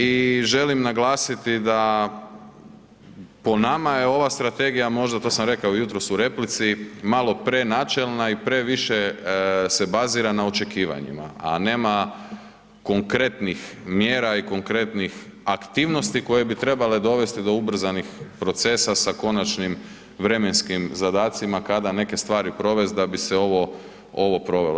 I želim naglasiti da po nama je ova strategija možda, a to sam rekao jutros u replici, malo prenačelna i previše se bazira na očekivanjima, a nema konkretnih mjera i konkretnih aktivnosti koje bi trebale dovesti do ubrzanih procesa sa konačnim vremenskim zadacima kada neke stvari provest da bi se ovo provelo.